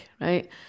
right